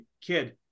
kid